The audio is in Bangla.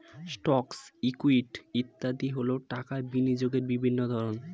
স্টকস, ইকুইটি ইত্যাদি হল টাকা বিনিয়োগের বিভিন্ন ধরন